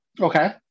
Okay